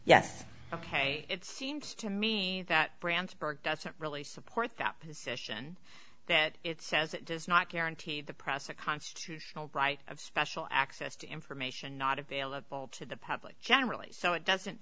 yes ok it seems to me that branzburg doesn't really support that position that it says it does not guarantee the press accounts to right of special access to information not available to the public generally so it doesn't